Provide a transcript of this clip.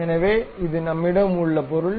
எனவே இது நம்மிடம் உள்ள பொருள்